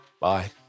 Bye